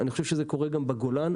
אני חושב שזה קורה גם בגולן.